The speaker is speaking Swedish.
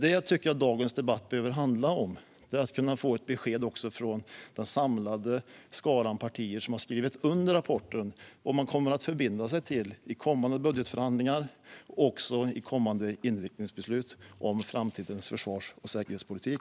Jag tycker att dagens debatt behöver handla om att vi ska kunna få ett besked från den samlade skaran partier som har skrivit under rapporten om man kommer att förbinda sig till det här i kommande budgetförhandlingar och kommande inriktningsbeslut om framtidens försvars och säkerhetspolitik.